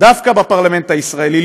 דווקא בפרלמנט הישראלי,